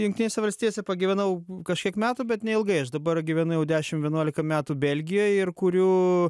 jungtinėse valstijose pagyvenau kažkiek metų bet neilgai aš dabar gyvenu jau dešim vienuolika metų belgijoj ir kuriu